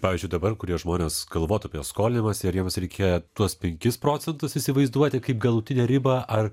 pavyzdžiui dabar kurie žmonės galvotų apie skolinimąsi ar jiems reikia tuos penkis procentus įsivaizduoti kaip galutinę ribą ar